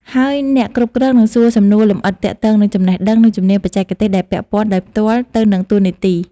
ហើយអ្នកគ្រប់គ្រងនឹងសួរសំណួរលម្អិតទាក់ទងនឹងចំណេះដឹង និងជំនាញបច្ចេកទេសដែលពាក់ព័ន្ធដោយផ្ទាល់ទៅនឹងតួនាទី។